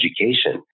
education